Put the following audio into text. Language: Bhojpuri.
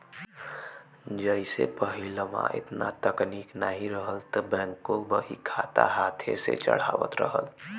जइसे पहिलवा एतना तकनीक नाहीं रहल त बैंकों बहीखाता हाथे से चढ़ावत रहल